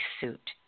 suit